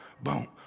boom